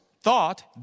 thought